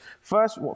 First